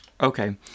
Okay